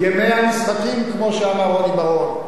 ימי המשחקים, כמו שאמר רוני בר-און.